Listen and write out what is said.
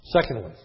Secondly